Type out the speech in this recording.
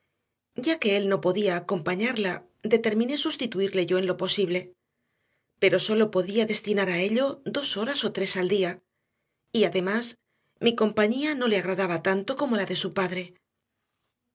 ya que él no podía acompañarla determiné sustituirle yo en lo posible pero sólo podía destinar a ello dos horas o tres al día y además mi compañía no le agradaba tanto como la de su padre